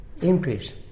increase